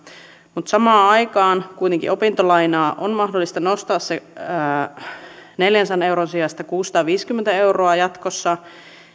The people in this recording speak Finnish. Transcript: mutta samaan aikaan kuitenkin opintolainaa on mahdollista nostaa sen neljänsadan euron sijasta kuusisataaviisikymmentä euroa jatkossa